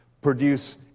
produce